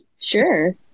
Sure